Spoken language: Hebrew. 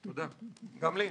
גם לי.